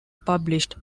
published